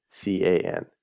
C-A-N